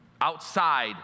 outside